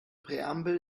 präambel